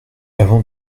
avant